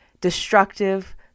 destructive